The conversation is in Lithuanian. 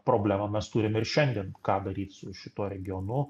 problemą mes turime ir šiandien ką daryt su šituo regionu